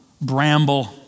bramble